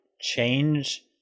change